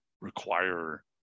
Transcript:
require